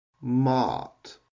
Mart